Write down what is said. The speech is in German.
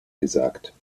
gesagt